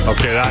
Okay